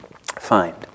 find